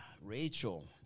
Rachel